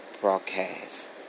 broadcast